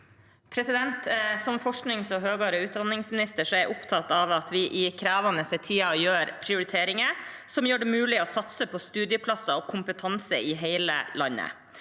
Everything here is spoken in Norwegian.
Som forsknings- og høyere utdanningsminister er jeg opptatt av at vi i krevende tider gjør prioriteringer som gjør det mulig å satse på studieplasser og kompetanse i hele landet.